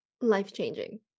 Life-changing